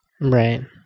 Right